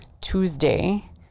Tuesday